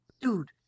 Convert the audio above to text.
Dude